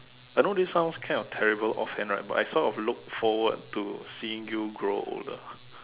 I know this sounds kind of terrible off hand right but I sort of look forward to seeing you grow older